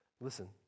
Listen